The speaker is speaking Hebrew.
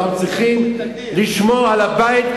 אנחנו צריכים לשמור על הבית.